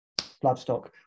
Bloodstock